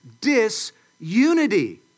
disunity